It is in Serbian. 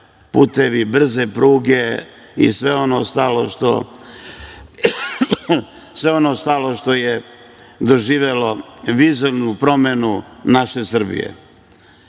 putevi, brze pruge i sve ono ostalo što je doživelo vizuelnu promenu naše Srbije. Kada